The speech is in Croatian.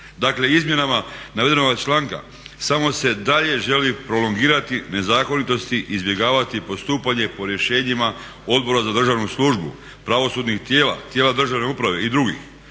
Dakle, izmjenama navedenoga članka samo se dalje želi prolongirati nezakonitosti i izbjegavati postupanje po rješenjima Odbora za državnu službu, pravosudnih tijela, tijela državne uprave i drugih,